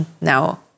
now